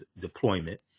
deployment